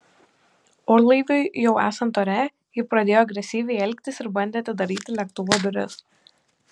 orlaiviui jau esant ore ji pradėjo agresyviai elgtis ir bandė atidaryti lėktuvo duris